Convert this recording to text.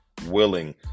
willing